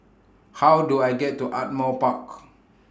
How Do I get to Ardmore Park